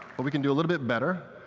but we can do a little bit better.